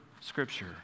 scripture